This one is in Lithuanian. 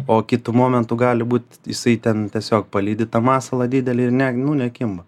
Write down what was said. o kitu momentu gali būt jisai ten tiesiog palydi tą masalą didelį ir ne nu nekimba